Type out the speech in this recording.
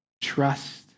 trust